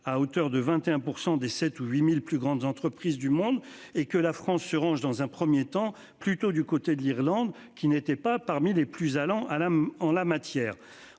à hauteur de 21% des 7 ou 8000 plus grandes entreprises du monde et que la France se range dans un 1er temps, plutôt du côté de l'Irlande qui n'était pas parmi les plus allant à la en la matière